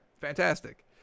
Fantastic